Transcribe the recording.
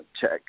Check